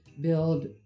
build